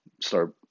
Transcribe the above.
start